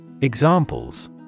Examples